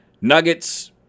Nuggets